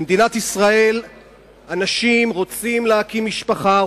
במדינת ישראל אנשים רוצים להקים משפחה,